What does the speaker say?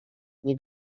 nie